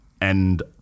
and-